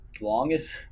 longest